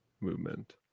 movement